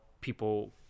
people